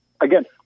again